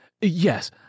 Yes